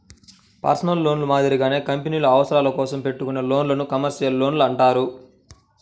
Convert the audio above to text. personal లోన్లు మాదిరిగానే కంపెనీల అవసరాల కోసం పెట్టుకునే లోన్లను కమర్షియల్ లోన్లు అంటారు